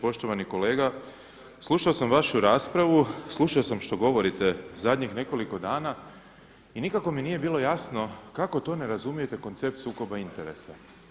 Poštovani kolega, slušao sam vašu raspravu, slušao sam što govorite zadnjih nekoliko dana i nikako mi nije bilo jasno kako to ne razumijete koncept sukoba interesa.